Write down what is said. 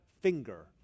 finger